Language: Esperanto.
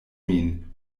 min